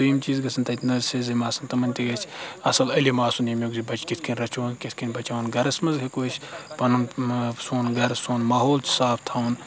دٔیِم چیٖز گژھن تَتہِ نٔرسِز یِم آسان تِمَن تہِ گژھِ اَصٕل علم آسُن ییٚمیُک زِ بچہِ کِتھ کٔنۍ رَچھون کِتھ کٔنۍ بَچاوُن گَرَس منٛز ہیٚکو أسۍ پَنُن سون گَرٕ سون ماحول چھُ صاف تھاوُن